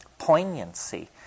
Poignancy